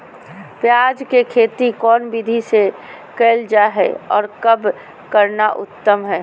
प्याज के खेती कौन विधि से कैल जा है, और कब करना उत्तम है?